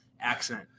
accent